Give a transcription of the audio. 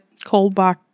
callback